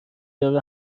یارو